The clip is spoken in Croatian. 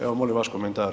Evo molim vaš komentar.